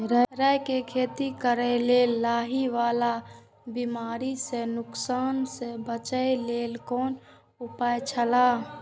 राय के खेती करे के लेल लाहि वाला बिमारी स नुकसान स बचे के लेल कोन उपाय छला?